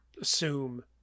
assume